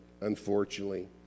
unfortunately